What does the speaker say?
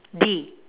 D